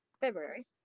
February